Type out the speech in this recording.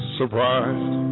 surprised